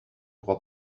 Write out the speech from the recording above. crois